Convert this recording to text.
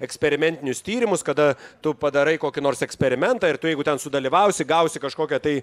eksperimentinius tyrimus kada tu padarai kokį nors eksperimentą ir tu jeigu ten sudalyvausi gausi kažkokią tai